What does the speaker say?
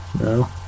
no